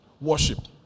Worship